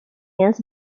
years